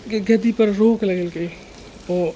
के खेतीपर रोक लगेलकै ओ